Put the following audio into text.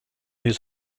his